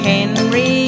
Henry